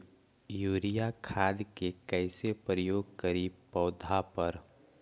Urea खाद के कैसे प्रयोग करि पौधा पर?